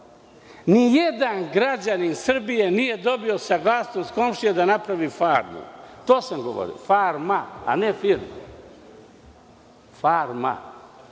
Nijedan građanin Srbije nije dobio saglasnost komšije da napravi farmu. To sam govorio. Farma, a ne firma. Seljaci